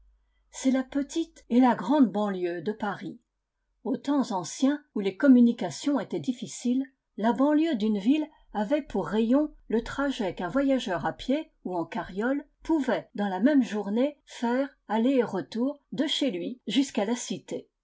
c'est la petite et la grande banlieue de paris aux temps anciens où les communications étaient difficiles la banlieue d'une ville avait pour rayon le trajet qu'un voyageur à pied ou en carriole pouvait dans la même journée faire aller et retour de chez lui jusqu'à la cité